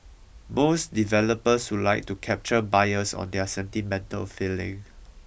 most developers would like to capture buyers on their sentimental feeling